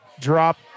drop